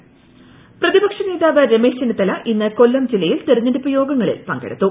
രമേശ് ചെന്നിത്തല പ്രതിപക്ഷ നേതാവ് രമേശ് ചെന്നിത്ത്ല് ഇന്ന് കൊല്ലം ജില്ലയിൽ തിരഞ്ഞെടുപ്പ് യോഗങ്ങളിൽ പള്ക്കടുത്തു